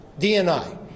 DNI